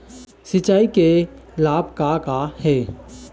सिचाई के लाभ का का हे?